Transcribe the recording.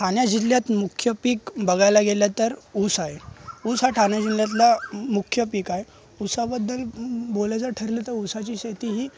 ठान्या जिल्ह्यात मुख्य पीक बघायला गेलं तर ऊस आहे ऊस आहे ऊस हा ठान्या जिल्ह्यातला मुख्य पीक आहे उसाबद्दल बोलायचं ठरलं तर उसाची शेती ही